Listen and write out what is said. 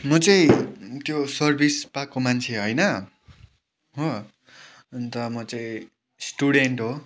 म चाहिँ त्यो सर्भिस पाएको मान्छे होइन हो अन्त म चाहिँ स्टुडेन्ट हो